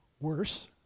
worse